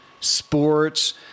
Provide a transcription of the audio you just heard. sports